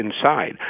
inside